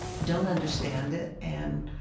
don't understand it, and